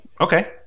okay